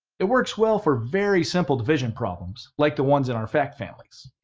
it works well for very simple division problems, like the ones in our fact families.